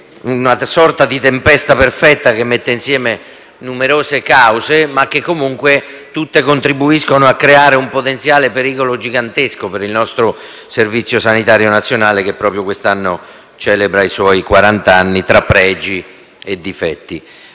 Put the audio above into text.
una sorta di tempesta perfetta che mette insieme numerose cause, tutte comunque che contribuiscono a creare un potenziale gigantesco pericolo per il nostro Servizio sanitario nazionale, che proprio quest'anno celebra i suoi quarant'anni, tra pregi e difetti.